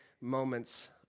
moments